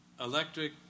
electric